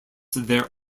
their